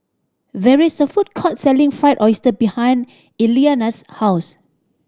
there is a food court selling Fried Oyster behind Eliana's house